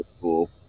cool